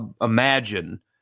imagine